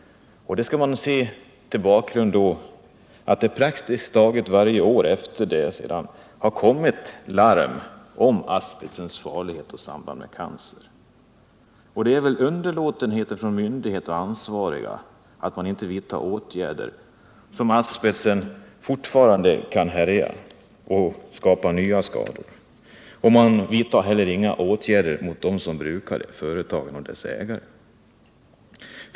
Det skall man då se mot bakgrund av att det praktiskt taget varje år sedan dess har kommit larm om asbestens farlighet och samband med cancer. Det är på grund av underlåtenhet från myndigheter och andra ansvariga att vidta åtgärder som asbesten fortfarande kan härja och vålla nya skador. Man vidtar heller inga åtgärder mot dem som brukar asbest — företag och deras ägare.